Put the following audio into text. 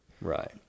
Right